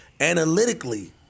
analytically